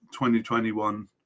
2021